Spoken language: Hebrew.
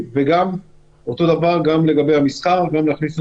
גם בנושא